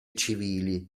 civili